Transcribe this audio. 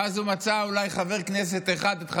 ואז הוא מצא אולי חבר כנסת אחד שתקף אותו,